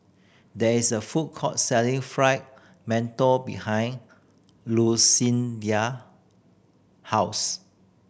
there is a food court selling Fried Mantou behind house